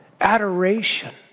adoration